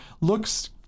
looks